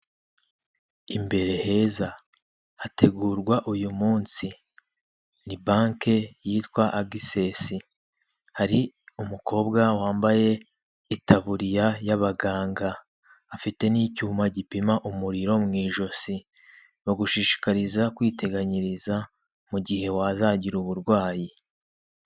Imbere heza hategurwa uyu munsi, ni banki yitwa Agisesi, hari umukobwa wambaye itaburiya y'abaganga, afite n'icyuma gipima umuriro mu ijosi, bagushishikariza kwiteganyiriza mu gihe wazagira uburwayi.